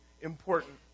important